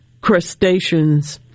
crustaceans